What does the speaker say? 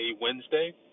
Wednesday